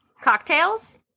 cocktails